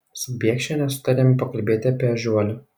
su biekšiene sutarėme pakalbėti apie ežiuolę